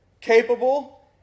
capable